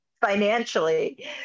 financially